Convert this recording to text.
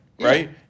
Right